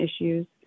issues